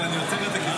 אבל אני עוצר את זה,